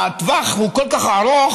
הטווח הוא כל כך ארוך,